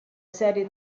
serie